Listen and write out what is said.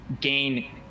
gain